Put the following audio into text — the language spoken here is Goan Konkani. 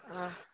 आं